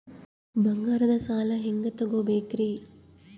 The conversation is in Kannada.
ಬಂಗಾರದ್ ಸಾಲ ಹೆಂಗ್ ತಗೊಬೇಕ್ರಿ?